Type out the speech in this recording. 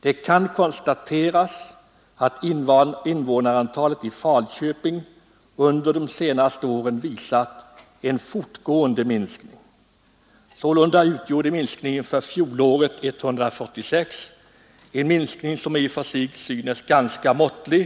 Det kan konstateras att invånarantalet i Falköping under de senaste åren visat en fortgående minskning. Sålunda utgjorde minskningen för fjolåret 146, en minskning som i och för sig kan synas ganska måttlig.